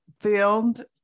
filmed